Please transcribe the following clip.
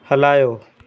हलायो